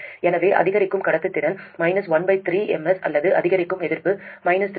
எனவே அதிகரிக்கும் கடத்துத்திறன் 13 mS அல்லது அதிகரிக்கும் எதிர்ப்பு 3 kΩ